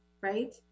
right